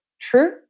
true